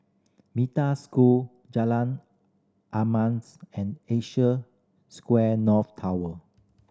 Metta School Jalan and Asia Square North Tower